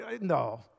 No